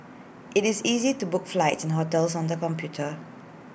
IT is easy to book flights and hotels on the computer